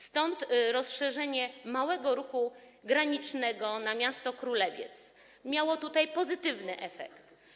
Stąd rozszerzenie małego ruchu granicznego na miasto Królewiec dało tutaj pozytywny efekt.